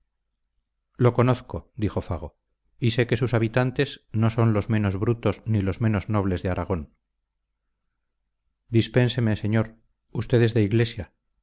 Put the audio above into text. lo conozco dijo fago y sé que sus habitantes no son los menos brutos ni los menos nobles de aragón dispénseme señor usted es de iglesia